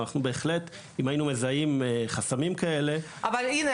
אבל בהחלט אם היינו מזהים חסמים כאלה --- אבל הנה,